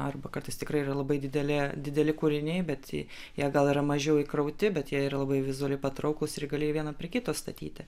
arba kartais tikrai yra labai dideli dideli kūriniai bet jie gal yra mažiau įkrauti bet jie yra labai vizualiai patrauklūs ir gali vieną prie kito statyti